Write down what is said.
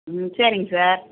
ம் சரிங்க சார்